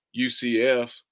UCF